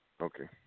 Okay